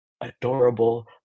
adorable